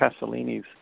Pasolini's